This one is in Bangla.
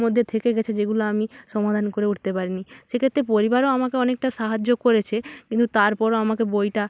মধ্যে থেকে গিয়েছে যেগুলো আমি সমাধান করে উঠতে পারিনি সেক্ষেত্রে পরিবারও আমাকে অনেকটা সাহায্য করেছে কিন্তু তারপরও আমাকে বইটা